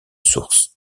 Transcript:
source